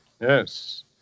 Yes